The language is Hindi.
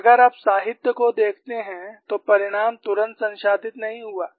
और अगर आप साहित्य को देखते हैं तो परिणाम तुरंत संसाधित नहीं हुआ